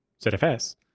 ZFS